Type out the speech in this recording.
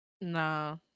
nah